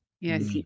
yes